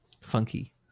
Funky